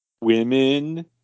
women